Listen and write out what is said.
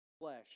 flesh